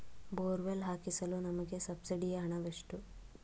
Borewell ಹಾಕಿಸಲು ನಮಗೆ ಸಬ್ಸಿಡಿಯ ಹಣವೆಷ್ಟು?